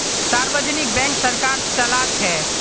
सार्वजनिक बैंक सरकार चलाछे